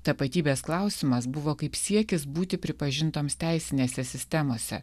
tapatybės klausimas buvo kaip siekis būti pripažintoms teisinėse sistemose